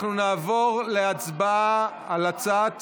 אנחנו נעבור להצבעה על הצעת